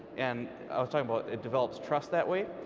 and i was talking about it develops trust that way.